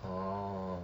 orh